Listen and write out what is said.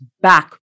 back